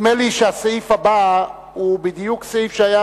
נדמה לי שהסעיף הבא הוא בדיוק סעיף שהיה